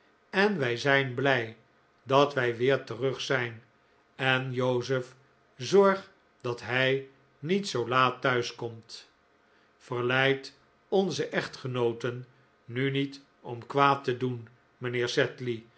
en wij zijn blij dat wij weer terug zijn en joseph zorg dat hij niet zoo laat thuis komt verleid onze echtgenooten nu niet om kwaad te doen mijnheer